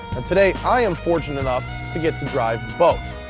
and today, i am fortunate enough to get to drive both.